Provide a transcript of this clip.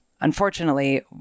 unfortunately